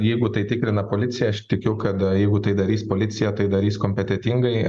jeigu tai tikrina policija aš tikiu kad jeigu tai darys policija tai darys kompetentingai